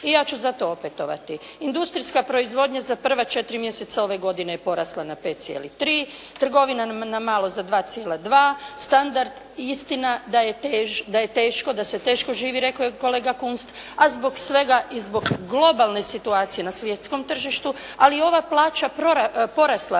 i ja ću zato opetovati. Industrijska proizvodnja za prva četiri mjeseca ove godine je porasla na 5.3, trgovina na malo za 2.2, standard, istina da je teško, da se teško živi, rekao je kolega Kunst, a zbog svega i zbog globalne situacije na svjetskom tržištu ali je ova plaća porasla,